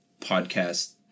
podcast